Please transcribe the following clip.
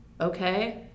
Okay